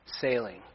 sailing